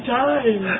time